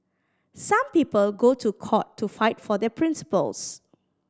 some people go to court to fight for their principles